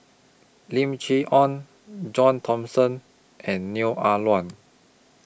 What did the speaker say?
Lim Chee Onn John Thomson and Neo Ah Luan